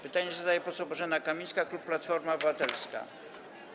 Pytanie zadaje poseł Bożena Kamińska, klub Platforma Obywatelska.